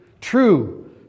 True